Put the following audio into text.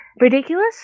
ridiculous